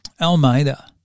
Almeida